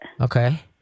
okay